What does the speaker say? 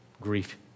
grief